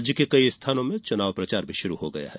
राज्य के कई स्थानों में चुनाव प्रचार भी शुरू हो गया है